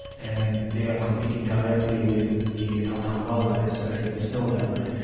and they are competing directly with the alpine wildlife, especially the snow leopard,